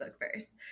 first